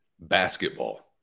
basketball